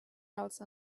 else